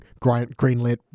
greenlit